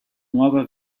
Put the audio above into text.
nuova